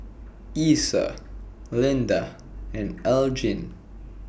Iesha Lynda and Elgin